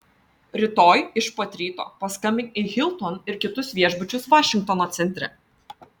rytoj iš pat ryto paskambink į hilton ir kitus viešbučius vašingtono centre